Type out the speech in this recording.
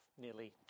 Nearly